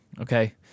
okay